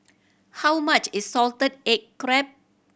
how much is salted egg crab